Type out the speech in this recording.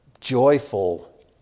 joyful